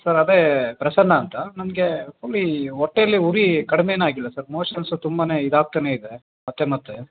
sir ಅದೇ ಪ್ರಸನ್ನ ಅಂತ ನಮಗೆ ಫುಲ್ ಈ ಹೊಟ್ಟೆಯಲ್ಲಿ ಉರಿ ಕಡಿಮೆನೆ ಆಗಿಲ್ಲ ಸರ್ ಮೋಷನ್ಸು ತುಂಬಾ ಇದಾಗ್ತಲೇ ಇದೆ ಮತ್ತೆ ಮತ್ತೆ